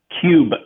cube